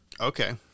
Okay